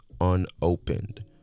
unopened